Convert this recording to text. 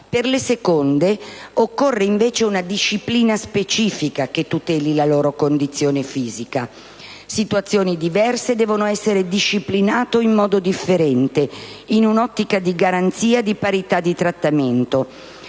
per le seconde occorre, invece, una disciplina specifica che tuteli la loro condizione fisica. Situazioni diverse devono essere disciplinate in modo differente in un'ottica di garanzie di parità di trattamento.